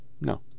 no